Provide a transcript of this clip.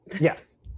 Yes